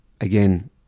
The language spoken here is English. Again